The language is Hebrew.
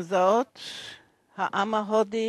עם זאת, העם ההודי